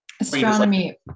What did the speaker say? Astronomy